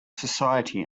society